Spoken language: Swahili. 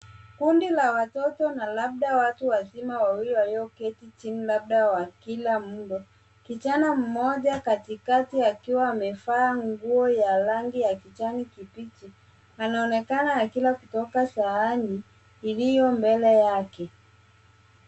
Kundi la watoto na labda watu wazima wawili walioketi chini labda wakila mlo. Kijana mmoja katikati akiwa amevaa nguo ya rangi ya kijani kibichi, anaonekana akila kutoka sahani iliyo mbele yake.